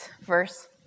verse